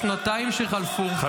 בשנתיים שחלפו --- בגדול,